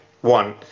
One